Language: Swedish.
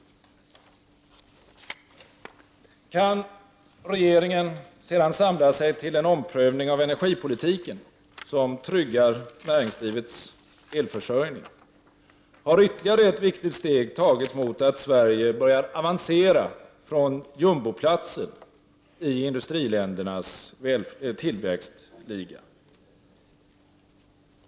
Kan regeringen sedan samla sig till en omprövning av energipolitiken som tryggar näringslivets elförsörjning, har ytterligare ett viktigt steg tagits mot att Sverige börjar avancera från jumboplatsen i industriländernas tillväxtliga.